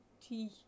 tea